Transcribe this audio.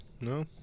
No